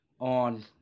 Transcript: on –